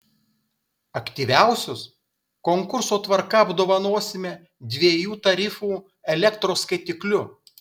aktyviausius konkurso tvarka apdovanosime dviejų tarifų elektros skaitikliu